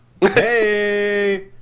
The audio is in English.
Hey